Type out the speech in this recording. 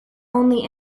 only